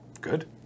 Good